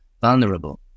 vulnerable